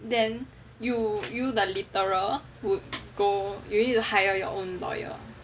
then you you the litterer would go you need to hire your own lawyer